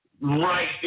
Right